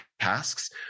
tasks